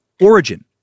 origin